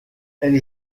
elle